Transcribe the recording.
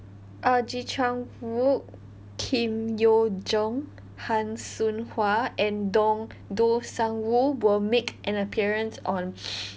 uh ji chang wook kim yoo jung han soon hwa and dong do sang woo will make an appearance on